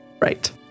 Right